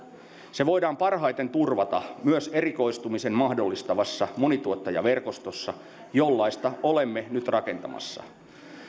se voidaan parhaiten turvata myös erikoistumisen mahdollistavassa monituottajaverkostossa jollaista olemme nyt rakentamassa